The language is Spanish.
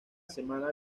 semana